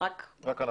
רק אנחנו.